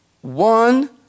one